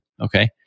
Okay